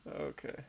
Okay